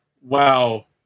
Wow